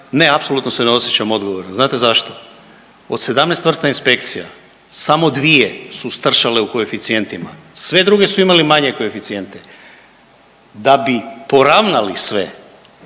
ne apsolutno se ne osjećam odgovorno, znate zašto? Od 17 vrsta inspekcija samo dvije su stršale u koeficijentima, sve druge su imale manje koeficijente. Da bi poravnali sve